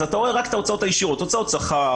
אתה רואה רק את ההוצאות הישירות הוצאות שכר,